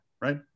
right